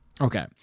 Okay